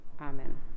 amen